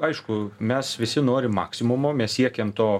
aišku mes visi norim maksimumo mes siekiam to